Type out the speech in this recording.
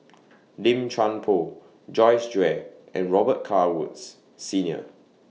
Lim Chuan Poh Joyce Jue and Robet Carr Woods Senior